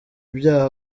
ibyaha